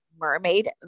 mermaid